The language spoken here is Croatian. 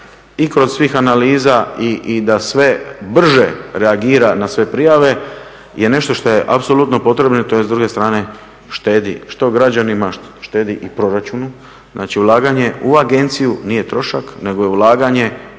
i kroz svih analiza i da sve brže reagira na sve prijave je nešto što je apsolutno potrebno, to je s druge strane štedi, što građanima, štedi i proračuna, znači ulaganje u agenciju nije trošak, nego je ulaganje